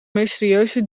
mysterieuze